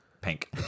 pink